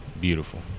beautiful